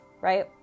right